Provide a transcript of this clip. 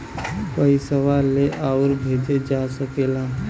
पइसवा ले आउर भेजे जा सकेला